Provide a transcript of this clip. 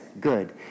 Good